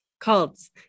Cults